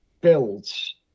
builds